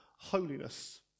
holiness